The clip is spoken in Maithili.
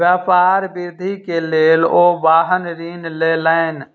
व्यापार वृद्धि के लेल ओ वाहन ऋण लेलैन